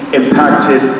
impacted